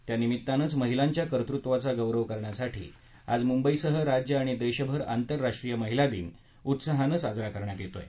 त्यानिमीत्तानच महिलांच्या कतृत्त्वाचा गौरव करण्यासाठी आज मुंबईसह राज्य आणि देशभर आंतरराष्ट्रीय महिला दिन उत्साहानं साजरा करण्यात येत आहे